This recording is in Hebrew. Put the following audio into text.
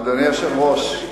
אדוני היושב-ראש,